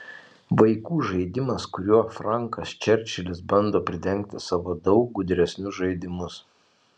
vaikų žaidimas kuriuo frankas čerčilis bando pridengti savo daug gudresnius žaidimus